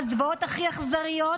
בזוועות הכי אכזריות.